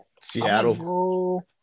Seattle